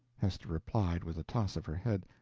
hester replied with a toss of her head.